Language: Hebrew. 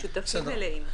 שותפים מלאים.